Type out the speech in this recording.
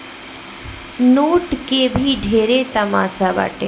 note के भी ढेरे तमासा बाटे